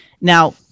Now